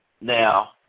Now